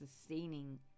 sustaining